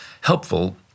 helpful